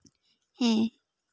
ᱦᱮᱸ